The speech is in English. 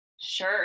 Sure